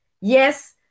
Yes